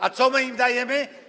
A co my im dajemy?